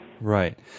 Right